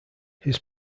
his